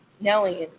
Nellie